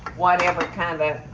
whatever kind and